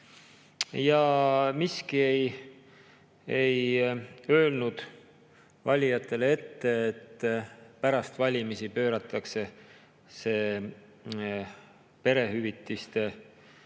Ja miski ei öelnud valijatele ette, et pärast valimisi pööratakse see perehüvitiste